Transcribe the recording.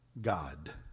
God